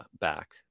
back